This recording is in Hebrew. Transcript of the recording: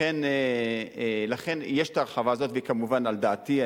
לכן יש ההרחבה הזאת, והיא כמובן על דעתי.